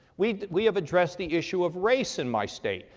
we, we have addressed the issue of race in my state.